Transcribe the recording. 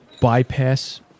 bypass